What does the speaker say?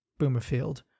boomerfield